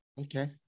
Okay